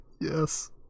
Yes